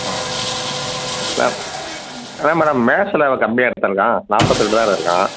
ஆ ma'am அதான் madam மேக்ஸில் கம்மியாக எடுத்து இருக்கான் நாற்பத்து ரெண்டு தான்